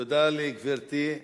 תודה לגברתי.